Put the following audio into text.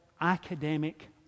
academic